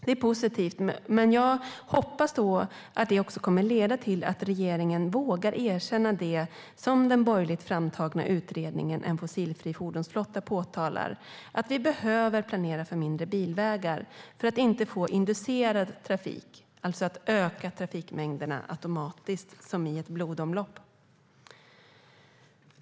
Det är positivt, men jag hoppas att det också kommer att leda till att regeringen vågar erkänna det den borgerligt framtagna utredningen om en fossilfri fordonsflotta påpekar - att vi behöver planera för färre bilvägar för att inte få inducerad trafik, det vill säga att trafikmängderna ökar automatiskt som i ett blodomlopp.